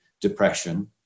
depression